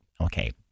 okay